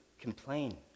complain